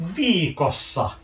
viikossa